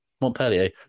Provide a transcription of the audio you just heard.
Montpellier